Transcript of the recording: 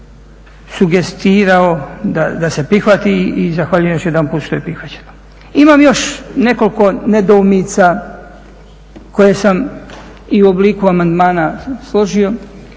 sugerirao da se prihvati i zahvaljujem još jedanput što je prihvaćeno. Imam još i nekoliko nedoumica koje sam i obliku amandmana složio